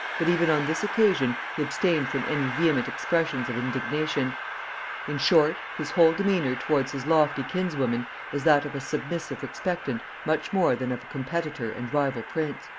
but even on this occasion he abstained from any vehement expressions of indignation in short, his whole demeanour towards his lofty kinswoman was that of a submissive expectant much more than of a competitor and rival prince.